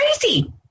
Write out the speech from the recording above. crazy